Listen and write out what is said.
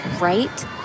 right